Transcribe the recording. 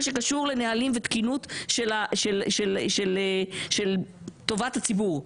שקשור לנהלים ותקינות של טובת הציבור.